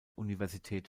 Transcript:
universität